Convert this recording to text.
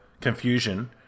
confusion